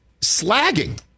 slagging